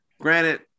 granted